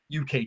UK